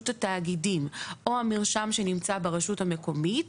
התאגידים או המרשם שנמצא ברשות המקומית,